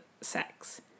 sex